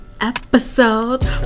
episode